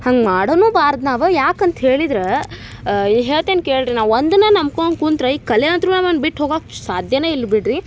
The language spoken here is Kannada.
ಹಂಗೆ ಮಾಡೋನು ಬಾರ್ದು ನಾವು ಯಾಕಂತ ಹೇಳಿದ್ರ ಹೇಳ್ತೆನೆ ಕೇಳ್ರಿ ನಾವು ಒಂದನ ನಂಬ್ಕೊಂಡು ಕುಂತ್ರ ಈ ಕಲೆ ಅಂತ್ರು ನಮ್ಮನ್ನ ಬಿಟ್ಟು ಹೋಗಕ್ಕೆ ಸಾಧ್ಯನ ಇಲ್ಲ ಬಿಡ್ರಿ